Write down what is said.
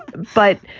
but,